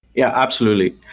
yeah, absolutely.